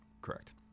Correct